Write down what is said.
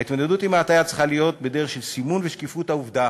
ההתמודדות עם ההטעיה צריכה להיות בדרך של סימון ושקיפות העובדה